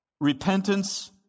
Repentance